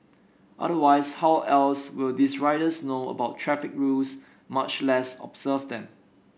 otherwise how else will these riders know about traffic rules much less observe them